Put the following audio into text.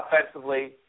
offensively